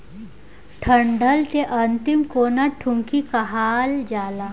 डंठल के अंतिम कोना के टुनगी कहल जाला